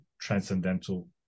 transcendental